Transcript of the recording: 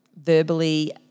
verbally